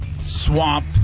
Swamp